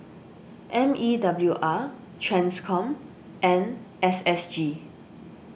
M E W R Transcom and S S G